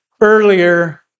earlier